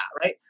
right